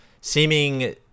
seeming